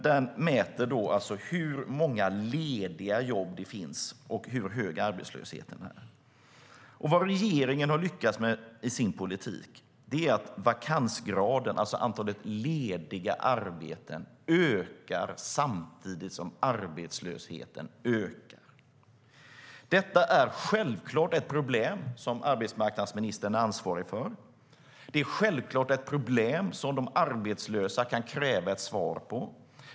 Den mäter hur många lediga jobb som finns och hur hög arbetslösheten är. Vad regeringen har lyckats med i sin politik är att vakansgraden, alltså antalet lediga arbeten, ökar samtidigt som arbetslösheten ökar. Detta är självklart ett problem som arbetsmarknadsministern är ansvarig för. Det är självklart ett problem som de arbetslösa kan kräva ett svar på.